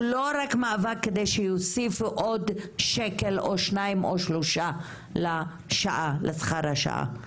לא רק מאבק כדי שיוסיפו עוד שקל או שניים שלושה שקלים לשכר השעתי,